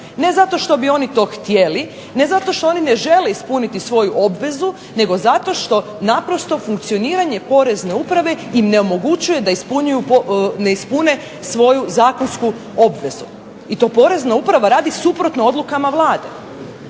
Ne zato što bi oni to htjeli ne zato što oni ne žele ispuniti svoju obvezu, nego zato što naprosto funkcioniranje POrezne uprave im ne omogućuje da ne ispune svoju zakonsku obvezu. I to POrezna uprava radi sukladno odlukama Vlade.